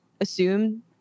assume